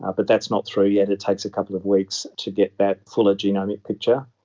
ah but that's not through yet, it takes a couple of weeks to get that fuller genomic picture.